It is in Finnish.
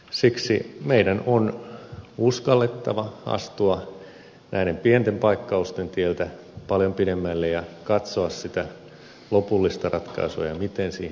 siksi meidän on uskallettava astua näiden pienten paikkausten tieltä paljon pidemmälle ja katsoa sitä lopullista ratkaisua ja miten siihen oikeasti päästään